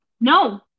no